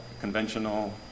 conventional